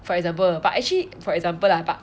for example but actually for example lah but